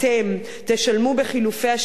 תשלמו בחילופי השלטון.